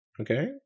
okay